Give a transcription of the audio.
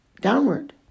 downward